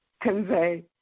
convey